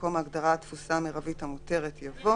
במקום ההגדרה "התפוסה המרבית המותרת" יבוא